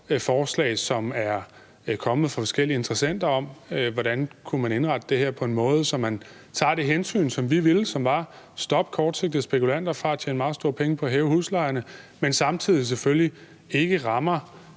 forslag, som er kommet fra forskellige interessenter, om, hvordan man kunne indrette det her på en måde, så man tager det hensyn, som vi ville tage, og som var at stoppe kortsigtede spekulanter i at tjene meget store penge på at hæve huslejerne, men samtidig selvfølgelig uden at ramme